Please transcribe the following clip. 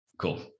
cool